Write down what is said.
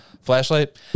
flashlight